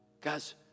Guys